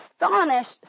astonished